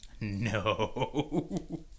No